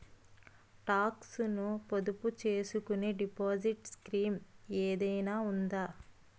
Talks ను పొదుపు చేసుకునే డిపాజిట్ స్కీం ఏదైనా ఉందా?